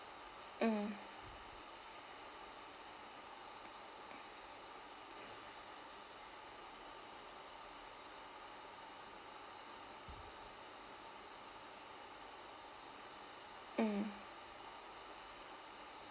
mm mm